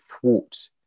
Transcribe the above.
thwart